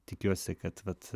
tikiuosi kad vat